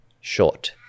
short